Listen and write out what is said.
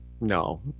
no